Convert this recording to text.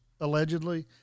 allegedly